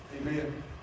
Amen